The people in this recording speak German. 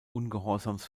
ungehorsams